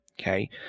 okay